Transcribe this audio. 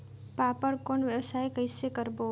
फाफण कौन व्यवसाय कइसे करबो?